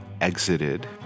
exited